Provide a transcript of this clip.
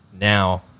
Now